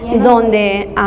donde